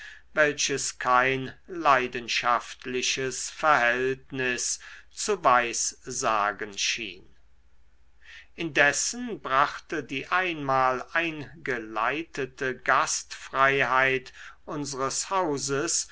welches kein leidenschaftliches verhältnis zu weissagen schien indessen brachte die einmal eingeleitete gastfreiheit unsres hauses